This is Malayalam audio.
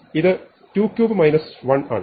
ഇത് 22 1 ആണ്